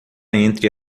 entre